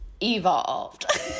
evolved